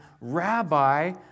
Rabbi